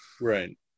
right